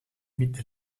mit